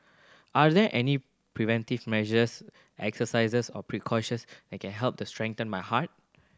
are there any preventive measures exercises or precautions that can help to strengthen my heart